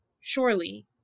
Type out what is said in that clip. surely